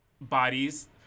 Bodies